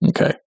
Okay